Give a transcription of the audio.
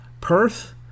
Perth